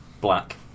Black